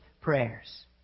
prayers